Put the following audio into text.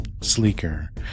Sleeker